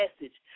message